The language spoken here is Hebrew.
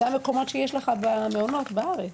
זה המקומות שיש לך במעונות בארץ.